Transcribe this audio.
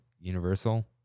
universal